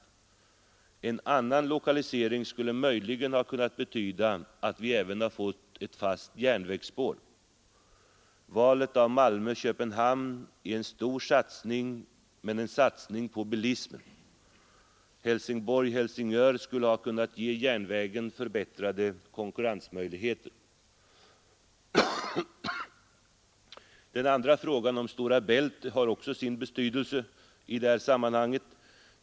Den statliga trafik En annan lokalisering skulle möjligen ha kunnat betyda att vi även fått politiken, m.m. ett fast järnvägsspår. Valet av Malmö—Köpenhamn är en stor satsning, men en satsning på bilismen. Helsingborg—Helsingör skulle ha kunnat ge järnvägen förbättrade konkurrensmöjligheter. Den andra frågan, om Stora Bält, har också sin betydelse i detta sammanhang.